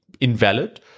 invalid